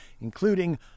including